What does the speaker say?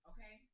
Okay